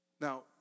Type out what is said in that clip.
Now